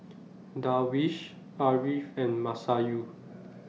Darwish Ariff and Masayu